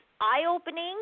eye-opening